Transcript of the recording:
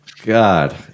God